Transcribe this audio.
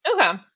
Okay